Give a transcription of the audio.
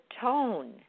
tone